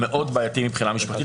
מאוד בעייתי מבחינה משפטית.